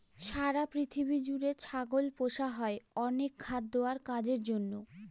সারা পৃথিবী জুড়ে ছাগল পোষা হয় অনেক খাদ্য আর কাজের জন্য